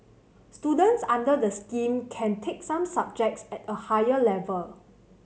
students under the scheme can take some subjects at a higher level